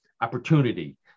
opportunity